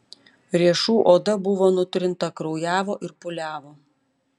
riešų oda buvo nutrinta kraujavo ir pūliavo